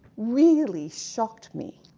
really shocked me.